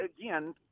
again